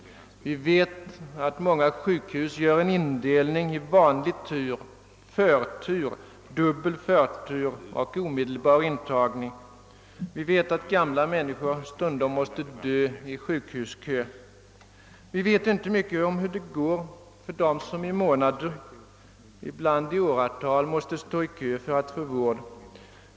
Vi vet att många sjukhus gör en indelning i vanlig tur, förtur, dubbel förtur och omedelbar intagning. Vi vet att gamla människor stundom måste dö i sjukhuskö. Vi vet inte mycket om hur det går för dem som i månader, ibland i åratal, måste stå i kö för att få vård.